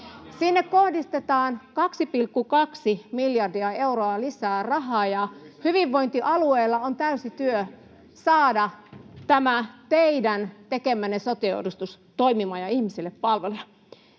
Sinne kohdistetaan 2,2 miljardia euroa lisää rahaa, ja hyvinvointialueilla on täysi työ saada tämä teidän tekemänne sote-uudistus toimimaan ja ihmisille palveluja.